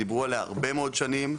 דיברו עליה הרבה מאוד שנים.